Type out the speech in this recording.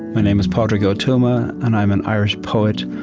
my name is padraig o tuama, and i'm an irish poet.